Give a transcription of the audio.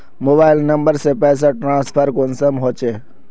Mobile number से पैसा transfer कुंसम होचे?